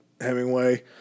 Hemingway